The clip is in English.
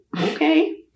okay